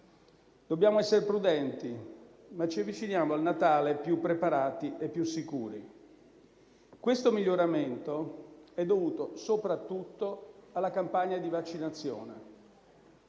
Dobbiamo essere prudenti, ma ci avviciniamo al Natale più preparati e più sicuri. Questo miglioramento è dovuto soprattutto alla campagna di vaccinazione: